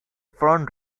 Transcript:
front